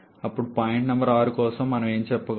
అప్పుడు point number 6 కోసం మనం ఏమి చెప్పగలం